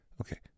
Okay